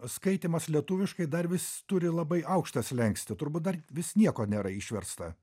skaitymas lietuviškai dar vis turi labai aukštą slenkstį turbūt dar vis nieko nėra išversta